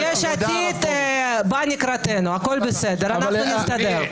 יש עתיד באה לקראתנו, הכול בסדר, אנחנו נסתדר.